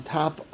top